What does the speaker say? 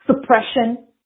suppression